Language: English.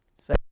Say